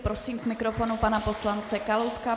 Prosím k mikrofonu pana poslance Kalouska.